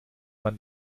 man